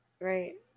Right